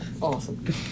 Awesome